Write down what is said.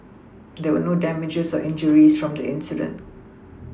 there were no damages or injuries from the incident